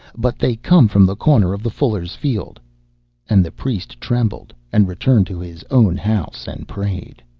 but they come from the corner of the fullers' field and the priest trembled, and returned to his own house and prayed.